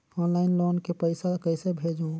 Online loan के पईसा कइसे भेजों?